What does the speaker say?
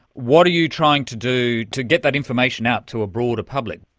what are you trying to do to get that information out to a broader public?